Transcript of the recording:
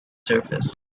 surface